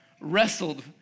wrestled